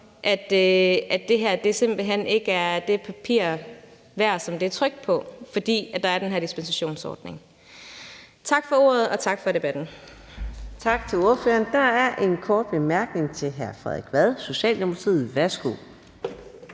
at det her simpelt hen ikke er det papir værd, som det er trykt på, fordi der er den her dispensationsordning. Tak for ordet, og tak for debatten.